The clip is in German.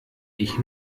ich